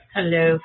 Hello